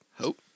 hope